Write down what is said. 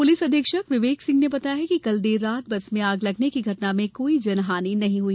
police अधीक्षक विवेक सिंह ने बताया कि कल देर रात बस में आग लगने की घटना में कोई जनहानि नहीं हई